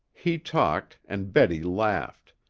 he talked and betty laughed,